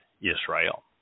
Israel